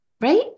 Right